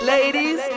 Ladies